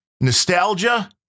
nostalgia